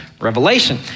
Revelation